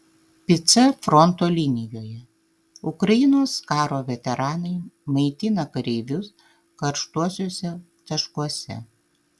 pica fronto linijoje ukrainos karo veteranai maitina kareivius karštuosiuose taškuose